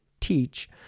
Teach